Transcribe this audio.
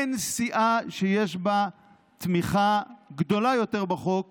אין סיעה שיש בה תמיכה גדולה יותר בחוק